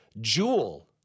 Jewel